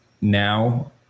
now